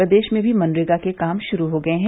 प्रदेश में भी मनरेगा के काम शुरु हो गए है